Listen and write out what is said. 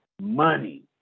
money